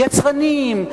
יצרנים,